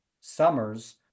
summers